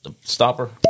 stopper